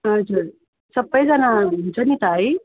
हजुर सबैजना हुन्छ नि त है